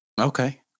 Okay